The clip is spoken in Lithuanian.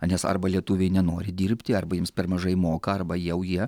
a nes arba lietuviai nenori dirbti arba jiems per mažai moka arba jau jie